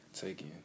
taking